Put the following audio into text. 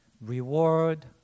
reward